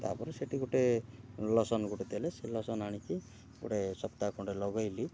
ତାପରେ ସେଟି ଗୁଟେ ଲୋସନ୍ ଗୋଟେ ଦେଲେ ସେ ଲୋସନ୍ ଆଣିକି ଗୁଟେ ସପ୍ତାହ ଖଣ୍ଡେ ଲଗେଇଲି